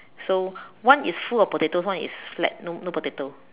so one is full of potatoes and one is flat no no potato